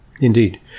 Indeed